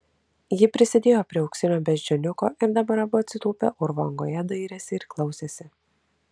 ji prisidėjo prie auksinio beždžioniuko ir dabar abu atsitūpę urvo angoje dairėsi ir klausėsi